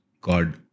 God